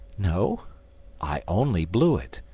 no i only blew it.